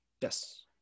Yes